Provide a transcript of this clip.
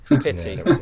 Pity